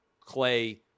Clay